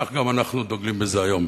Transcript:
כך גם אנחנו דוגלים בזה היום.